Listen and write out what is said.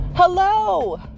Hello